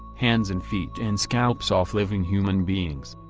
hands and feet and scalps off living human beings.